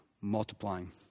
multiplying